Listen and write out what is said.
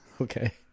Okay